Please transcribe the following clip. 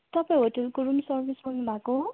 तपाईँ होटेलको room service बोल्नु भएको हो